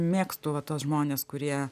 mėgstu va tuos žmones kurie